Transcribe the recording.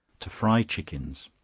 to fry chickens.